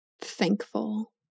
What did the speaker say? Thankful